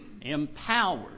empowered